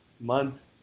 months